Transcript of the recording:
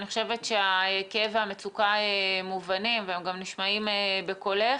אני חושב שהכאב והמצוקה מובנים והם גם נשמעים בקולך.